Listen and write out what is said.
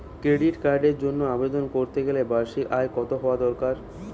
Credit কার্ডের জন্য আবেদন করতে গেলে বার্ষিক আয় কত হওয়া দরকার?